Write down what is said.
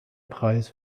preis